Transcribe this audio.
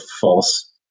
false